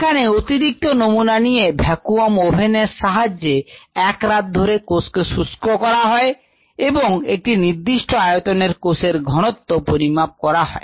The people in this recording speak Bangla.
এখানে অতিরিক্ত নমুনা নিয়ে ভ্যাকুয়াম ওভেন এর সাহায্যে এক রাত ধরে কোষকে শুষ্ক করা হয় এবং একটি নির্দিষ্ট আয়তনের কোষের ঘনত্ব পরিমাপ করা হয়